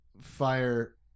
fire